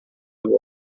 n’abo